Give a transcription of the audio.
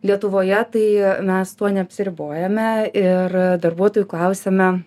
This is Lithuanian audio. lietuvoje tai mes tuo neapsiribojame ir darbuotojų klausiame